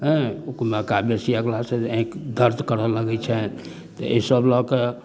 हँ कखनो काल बेसी देखलासँ जे आँखि दर्द करै लगै छनि तऽ एहि सब लऽ कऽ